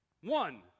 One